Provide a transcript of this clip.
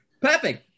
Perfect